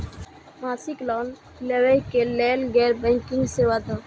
मासिक लोन लैवा कै लैल गैर बैंकिंग सेवा द?